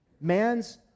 Man's